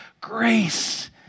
grace